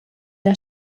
der